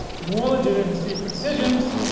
more legitimacy for decisions,